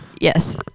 Yes